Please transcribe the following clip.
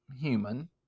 human